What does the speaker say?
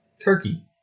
turkey